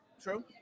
True